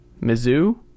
Mizzou